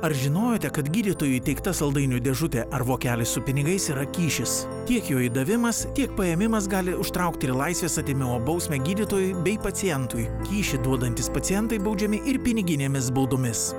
ar žinojote kad gydytojui įteikta saldainių dėžutė ar vokelis su pinigais yra kyšis tiek jų įdavimas tiek paėmimas gali užtraukti ir laisvės atėmimo bausmę gydytojui bei pacientui kyšį duodantys pacientai baudžiami ir piniginėmis baudomis